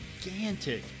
gigantic